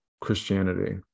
christianity